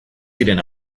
ziren